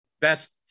best